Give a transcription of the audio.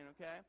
okay